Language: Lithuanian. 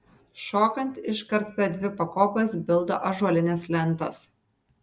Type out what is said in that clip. šokant iškart per dvi pakopas bilda ąžuolinės lentos